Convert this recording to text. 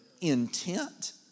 intent